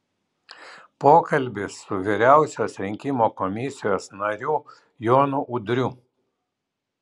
pokalbis su vyriausios rinkimų komisijos nariu jonu udriu